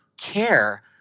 care